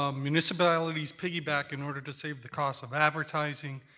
um municipalities piggyback in order to save the cost of advertising,